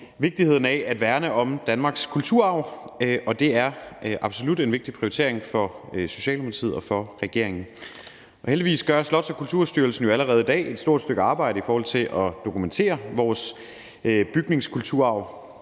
vigtigheden af at værne om Danmarks kulturarv. Det er absolut en vigtig prioritering for Socialdemokratiet og for regeringen. Heldigvis gør Slots- og Kulturstyrelsen jo allerede i dag et stort stykke arbejde i forhold til at dokumentere vores bygningskulturarv.